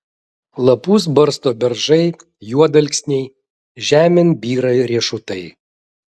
lapus barsto beržai juodalksniai žemėn byra riešutai